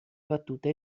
battute